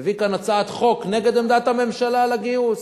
מביא כאן הצעת חוק נגד עמדת הממשלה על הגיוס.